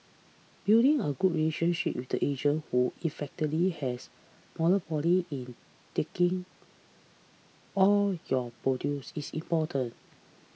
building a good relationship with the agent who effectively has monopoly in taking all your produce is important